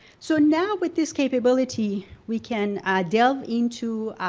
so now with this capability we can delve into